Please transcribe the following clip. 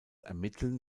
ermitteln